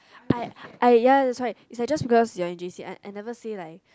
like ah ya that's why just because you are in j_c I never say like